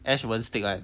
S wont stick [one]